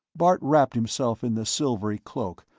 bart wrapped himself in the silvery cloak,